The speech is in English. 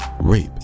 rape